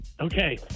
Okay